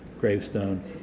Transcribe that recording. Gravestone